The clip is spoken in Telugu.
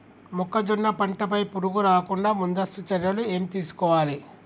మొక్కజొన్న పంట పై పురుగు రాకుండా ముందస్తు చర్యలు ఏం తీసుకోవాలి?